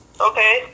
Okay